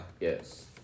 Yes